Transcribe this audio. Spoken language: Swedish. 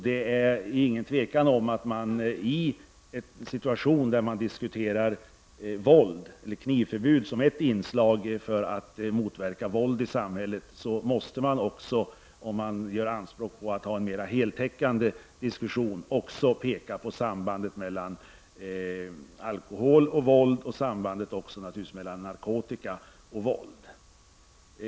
Det är inget tvivel om att man, i en situation där man diskuterar våld och knivförbud som ett sätt att motverka våldet i samhället, om man gör anspråk på att föra en mera heltäckande diskussion, också måste peka på sambandet mellan alkohol och våld och naturligtvis även sambandet mellan narkotika och våld.